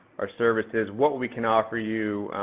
our services, what we can offer you,